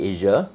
Asia